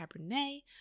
Cabernet